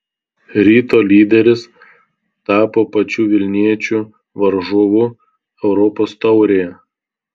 ryto lyderis tapo pačių vilniečių varžovu europos taurėje